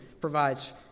provides